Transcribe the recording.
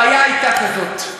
הבעיה הייתה כזאת: